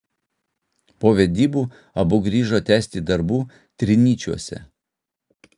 po vedybų abu grįžo tęsti darbų trinyčiuose